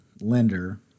lender